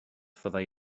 fyddai